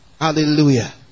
Hallelujah